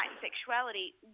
sexuality